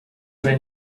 were